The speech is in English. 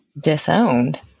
Disowned